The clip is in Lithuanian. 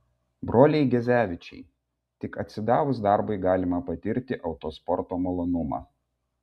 broliai gezevičiai tik atsidavus darbui galima patirti autosporto malonumą